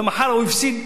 ומחר הוא הפסיד,